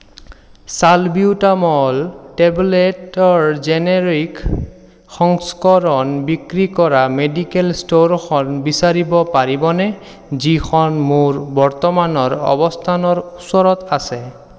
salbutamol টেবলেটৰ generic সংস্কৰণ বিক্ৰী কৰা মেডিকেল ষ্ট'ৰখন বিচাৰিব পাৰিবনে যিখন মোৰ বৰ্তমানৰ অৱস্থানৰ ওচৰত আছে